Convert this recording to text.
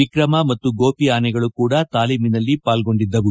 ವಿಕ್ರಮ ಮತ್ತು ಗೋಪಿ ಆನೆಗಳು ಕೂಡ ತಾಲೀಮಿನಲ್ಲಿ ಪಾಲ್ಗೊಂಡಿದ್ದವು